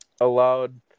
allowed